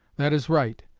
that is right.